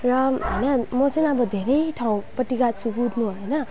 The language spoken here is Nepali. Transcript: र होइन म चाहिँ अब धेरै ठाउँपट्टि गएको छु कुद्नु होइन